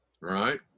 right